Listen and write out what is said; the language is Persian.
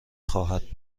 خواهد